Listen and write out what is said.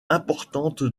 importante